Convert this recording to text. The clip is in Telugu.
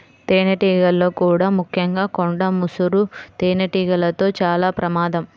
తేనెటీగల్లో కూడా ముఖ్యంగా కొండ ముసురు తేనెటీగలతో చాలా ప్రమాదం